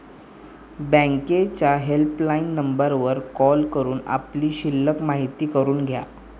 बँकेच्या हेल्पलाईन नंबरवर कॉल करून आपली शिल्लक माहिती करून घ्या